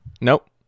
Nope